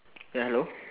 ya hello